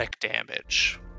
damage